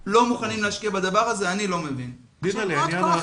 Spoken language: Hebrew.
אני לא מבין איך אפילו עכשיו לא מוכנים להשקיע בדבר הזה.